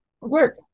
work